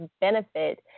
benefit